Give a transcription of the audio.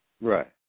Right